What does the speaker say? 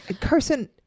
Carson